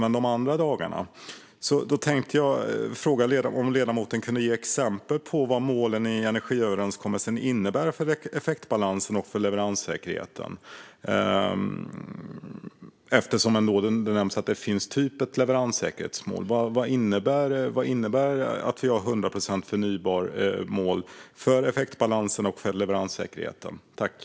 Men de andra dagarna då? Kan ledamoten ge exempel på vad målen i energiöverenskommelsen innebär för effektbalansen och leveranssäkerheten, eftersom det nämns att det finns en typ av leveranssäkerhetsmål? Och vad innebär det för effektbalansen och leveranssäkerheten att vi har ett mål om 100 procent förnybart?